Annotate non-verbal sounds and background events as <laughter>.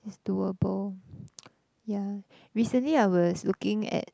it's doable <noise> yeah recently I was looking at